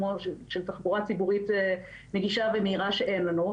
של תחבורה ציבורית נגישה ומהירה שאין לנו.